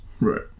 Right